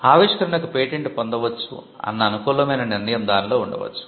ఆవిష్కరణకు పేటెంట్ పొందవచ్చు అన్న అనుకూలమైన నిర్ణయం దానిలో ఉండవచ్చు